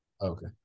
Okay